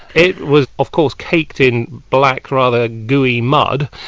it was, of course, caked in black rather gluey mud,